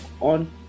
on